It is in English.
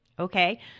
Okay